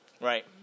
Right